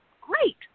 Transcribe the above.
Great